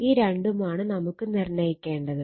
ഈ രണ്ടുമാണ് നമുക്ക് നിർണ്ണയിക്കേണ്ടത്